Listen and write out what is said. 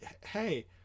hey